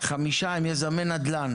חמישה הם יזמי נדל"ן,